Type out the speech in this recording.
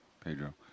Pedro